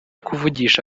kuvugisha